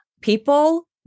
People